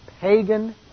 pagan